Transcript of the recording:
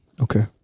Okay